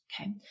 Okay